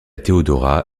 théodora